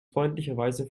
freundlicherweise